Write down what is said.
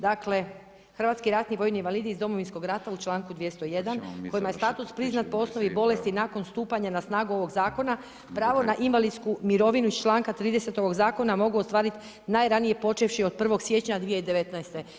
Dakle, hrvatski ratni vojni invalidi iz Domovinskog rata u čl.201. kojima je status priznat po osnovi bolesti, nakon stupanja na snagu ovoga zakona, pravo na invalidsku mirovinu iz čl. 30. ovog zakona, mogu ostvariti najranije počevši od 1.1.2019.